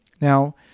Now